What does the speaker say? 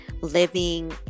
living